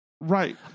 Right